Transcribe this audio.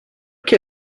que